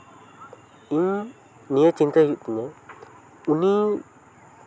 ᱤᱧ ᱱᱤᱭᱟᱹ ᱪᱤᱱᱛᱟᱹᱭ ᱦᱩᱭᱩᱜ ᱛᱤᱧᱟᱹ ᱩᱱᱤ